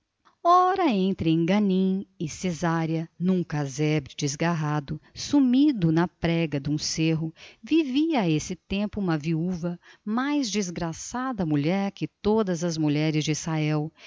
ora entre enganim e cesareia num casebre desgarrado sumido na prega de um cerro vivia a esse tempo uma viúva mais desgraçada mulher que todas mulheres de